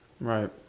Right